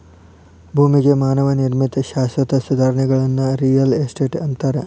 ಭೂಮಿಗೆ ಮಾನವ ನಿರ್ಮಿತ ಶಾಶ್ವತ ಸುಧಾರಣೆಗಳನ್ನ ರಿಯಲ್ ಎಸ್ಟೇಟ್ ಅಂತಾರ